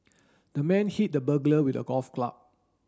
the man hit the burglar with a golf club